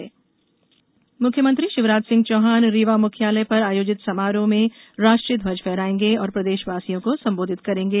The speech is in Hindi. गणतंत्र दिवस प्रदेश मुख्यमंत्री शिवराज सिंह चौहान रीवा मुख्यालय पर आयोजित समारोह में राष्ट्रीय ध्वज फहरायेंगे और प्रदेशवासियों को संबोधित करेंगे